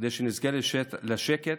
וכדי שנזכה לשקט,